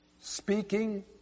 speaking